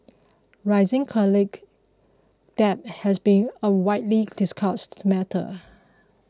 rising debt has been a widely discussed matter